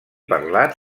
parlat